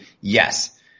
Yes